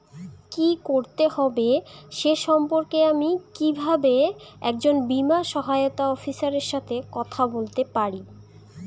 কী করতে হবে সে সম্পর্কে আমি কীভাবে একজন বীমা সহায়তা অফিসারের সাথে কথা বলতে পারি?